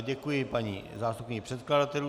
Děkuji paní zástupkyni předkladatelů.